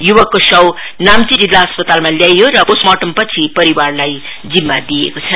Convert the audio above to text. युवकको शव नाम्ची जिल्ला अस्पतालमा ल्याइयो र पोस्ट मार्टम पछि परिवारलाई जिम्मा दिइएको छ